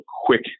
quick